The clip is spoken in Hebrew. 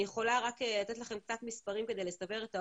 אני יכולה רק לתת לכם קצת מספרים כדי לסבר את האוזן.